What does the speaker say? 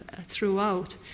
throughout